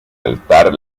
altar